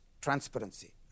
transparency